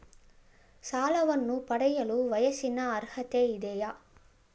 ಸಾಲವನ್ನು ಪಡೆಯಲು ವಯಸ್ಸಿನ ಅರ್ಹತೆ ಇದೆಯಾ?